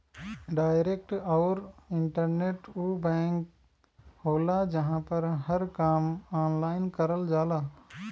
direct आउर internet उ bank होला जहां पर हर काम ऑनलाइन करल जाला